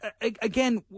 again